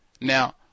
Now